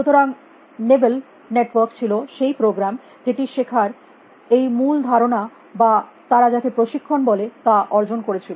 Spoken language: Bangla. সুতরাং নেবেল নেটওয়ার্ক ছিল সেই প্রোগ্রাম যেটি শেখার এই মূল ধারণা বা তারা যাকে প্রশিক্ষণ বলে তা অর্জন করছিল